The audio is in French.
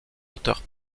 auteur